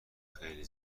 خیلی